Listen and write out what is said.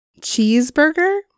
Cheeseburger